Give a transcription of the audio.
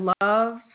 love